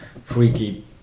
freaky